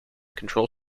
control